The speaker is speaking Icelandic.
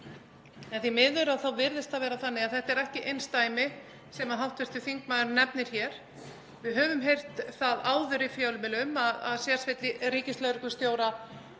En því miður virðist það vera þannig að þetta sé ekki einsdæmi sem hv. þingmaðurinn nefnir hér. Við höfum heyrt það áður í fjölmiðlum að sérsveit ríkislögreglustjóra